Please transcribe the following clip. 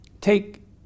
take